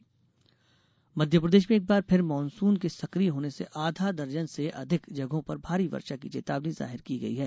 monsoon Madhya Pradesh में एक बार फिर मानसून के सक्रिय होने से आधा दर्जन से अधिक जगहों पर भारी वर्षा की चेतावनी जाहिर की गई है